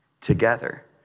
together